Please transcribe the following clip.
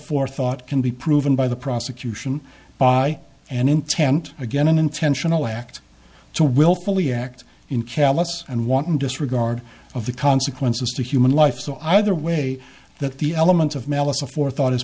forethought can be proven by the prosecution by an intent again an intentional act to willfully act in callous and wanton disregard of the consequences to human life so either way that the element of malice of forethought is